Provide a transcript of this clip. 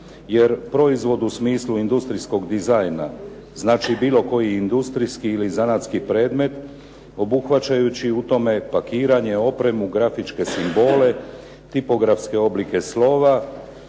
Jer, proizvod u smislu industrijskog dizajna znači bilo koji industrijski ili zanatski predmet obuhvaćajući u tome pakiranje, opremu, grafičke simbole, tipografske oblike slova,